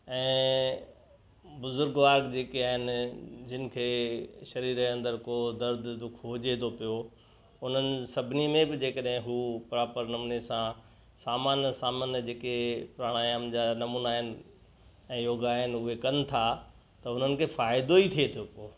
ऐं बुज़ुर्गवार जेके आहिनि जिनखे शरीर जे अंदरु को दर्द दुख हुजे थो पियो हुननि सभिनी में बि जे कॾहिं उहे प्रोपर नमूने सां सामान्य सामान्य जेके प्राणायाम जा नमूना आहिनि ऐं योगा आहिनि उहे कनि था त उन्हनि खे फ़ाइदो ई थिए थो पोइ